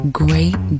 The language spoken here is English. great